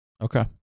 Okay